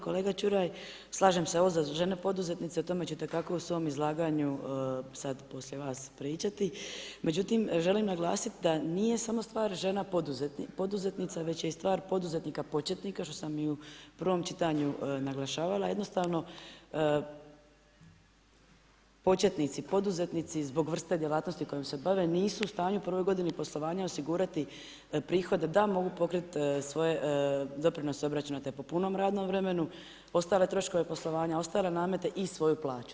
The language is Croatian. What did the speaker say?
Kolega Ćuraj, slažem se, ovo za žene poduzetnice o tome će te kako u svom izlaganju, sad poslije vas pričati, no međutim želim naglasiti da nije samo stvar žena poduzetnica, već je i stvar poduzetnika početnika, što sam i u prvom čitanju naglašavala jednostavno početnici poduzetnici zbog vrste djelatnosti kojom se bave nisu u stanju u prvoj godini poslovanja osigurati prihod da mogu pokriti svoje doprinose obračunate po punom radnom vremenu, ostale troškove poslovanja, ostale namete i svoju plaću.